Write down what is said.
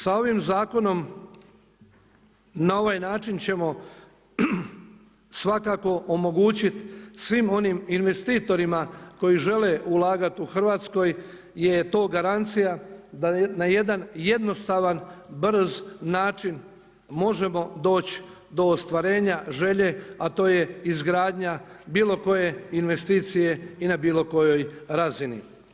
Sa ovim zakonom na ovaj način ćemo svakako omogućiti svim onim investitorima koji žele ulagati u Hrvatskoj, je to garancija da na jedan jednostavan, brz način možemo doći do ostvarenja želje a to je izgradnja bilo koje investicije i na bilo kojoj razini.